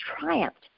triumphed